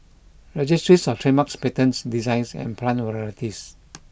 Registries Of Trademarks Patents Designs and Plant Varieties